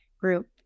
group